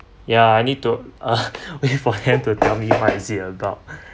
ya I need to wait for hand to tell me what is it about